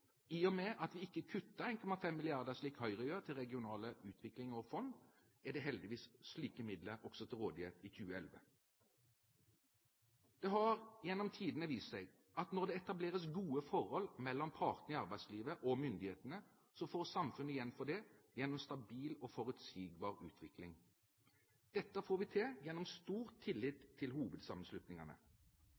i og med at vi ikke kutter 1,5 mrd. kr til regionale utviklingsfond, slik Høyre gjør, er det heldigvis slike midler også til rådighet i 2011. Det har gjennom tidene vist seg at når det etableres gode forhold mellom partene i arbeidslivet og myndighetene, får samfunnet igjen for det gjennom en stabil og forutsigbar utvikling. Dette får vi til gjennom stor tillit til hovedsammenslutningene.